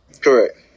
Correct